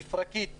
מפרקית 75,